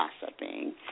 gossiping